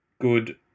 good